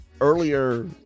earlier